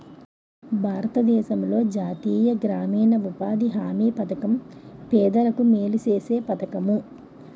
భారతదేశంలో జాతీయ గ్రామీణ ఉపాధి హామీ పధకం పేదలకు మేలు సేసే పధకము